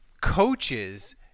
coaches